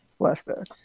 Flashback